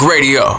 Radio